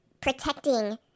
protecting